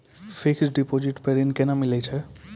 Fixed deposit पर ऋण केना मिलै छै?